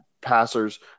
passers